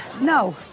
no